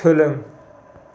सोलों